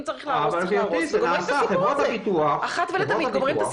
צריך להרוס אז להרוס וגומרים את הסיפור הזה אחת ולתמיד.